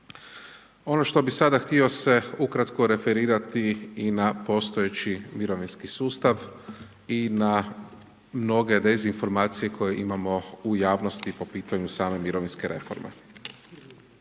Ono što bih sada htio se ukratko referirati i na postojeći mirovinski sustav i na mnoge dezinformacije koje imamo u javnosti po pitanju same mirovinske reforme.